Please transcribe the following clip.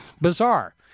Bizarre